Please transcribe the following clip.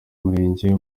murenge